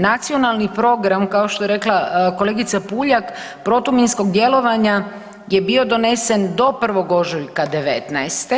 Nacionalni program kao što je rekla kolegica PUljak protuminskog djelovanja je bio donesen do 1.ožujka 2019.